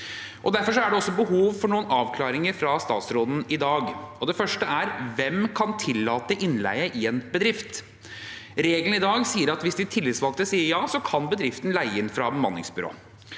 Derfor er det behov for noen avklaringer fra statsråden i dag. Den første er: Hvem kan tillate innleie i en bedrift? Regelen i dag sier at hvis de tillitsvalgte sier ja, kan bedriften leie inn fra bemanningsbyrå.